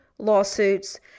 lawsuits